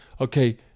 okay